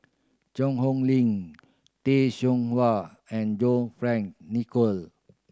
Cheang Hong Lim Tay Seow Huah and John Fearn Nicoll